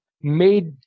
made